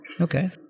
Okay